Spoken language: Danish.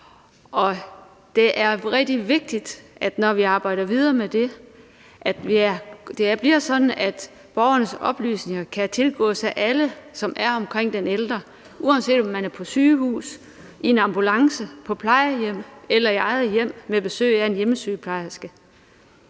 Det er rigtig vigtigt, når vi arbejder videre med det, at det sikres, at det bliver sådan, at den ældres oplysninger kan tilgås af alle, som er omkring den ældre, uanset om man er på sygehus, i en ambulance, på plejehjem eller i eget hjem med besøg af en hjemmesygeplejerske.